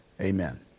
amen